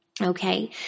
Okay